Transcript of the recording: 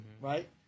Right